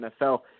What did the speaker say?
NFL